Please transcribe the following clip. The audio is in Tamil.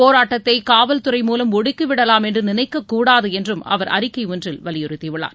போராட்டத்தை காவல்துறை மூலம் ஒடுக்கி விடலாம் என்று நினைக்கக்கூடாது என்றும் அவர் அறிக்கை ஒன்றில் வலியுறுத்தி உள்ளார்